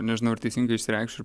nežinau ar teisingai išsireikšiu